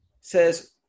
says